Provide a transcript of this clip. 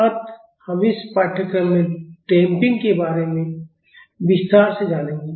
अतः हम इस पाठ्यक्रम में डैम्पिंग के बारे में विस्तार से जानेंगे